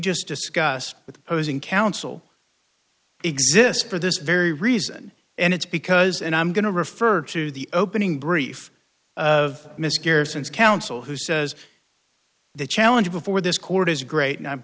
the posing counsel exists for this very reason and it's because and i'm going to refer to the opening brief of miscarriage since counsel who says the challenge before this court is great and i'm